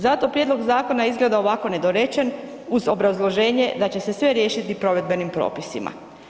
Zato Prijedlog zakona izgleda ovako nedorečen uz obrazloženje da će se sve riješiti provedbenim propisima.